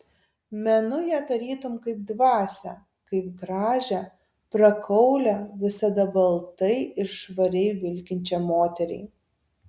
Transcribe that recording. menu ją tarytum kaip dvasią kaip gražią prakaulią visada baltai ir švariai vilkinčią moterį